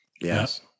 Yes